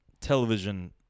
television